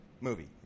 movie